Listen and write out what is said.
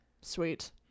Sweet